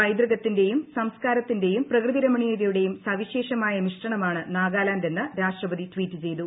പൈതൃകത്തിന്റെയും സംസ്കാരത്തിന്റെയും പ്രകൃതിരമണീയത യുടെയും സവിശേഷമായ മിശ്രണമാണ് നാഗാലാൻഡ് എന്ന് രാഷ്ട്രപതി ട്വീറ്റ് ചെയ്തു